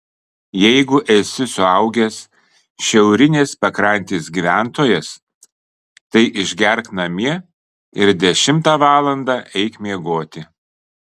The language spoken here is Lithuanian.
jeigu esi suaugęs šiaurinės pakrantės gyventojas tai išgerk namie ir dešimtą valandą eik miegoti